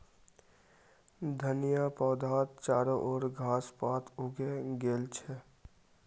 धनिया पौधात चारो ओर घास पात उगे गेल छ